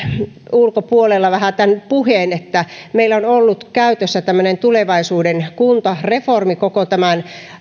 ulkopuolella tämän puheen että meillä on ollut käytössä tämmöinen tulevaisuuden kunta reformi koko tämän